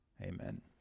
Amen